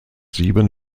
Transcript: sieben